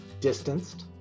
Distanced